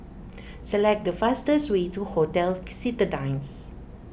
select the fastest way to Hotel Citadines